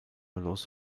los